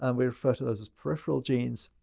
um we refer to those as peripheral genes.